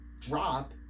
drop